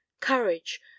courage